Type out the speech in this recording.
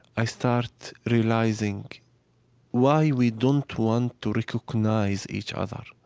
i start realizing why we don't want to recognize each other,